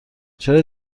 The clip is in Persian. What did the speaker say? چرا